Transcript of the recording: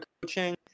coaching